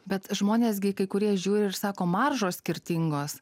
bet žmonės gi kai kurie žiūri ir sako maržos skirtingos